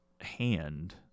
hand